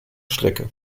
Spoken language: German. strecke